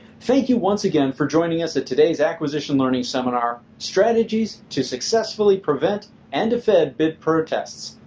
thank you once again for joining us at today's acquisition learning seminar strategies to successfully prevent and defend bid protests.